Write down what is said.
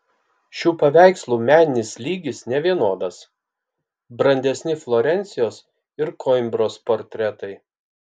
šių paveikslų meninis lygis nevienodas brandesni florencijos ir koimbros portretai